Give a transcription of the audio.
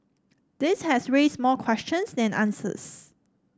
this has raised more questions than answers